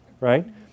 right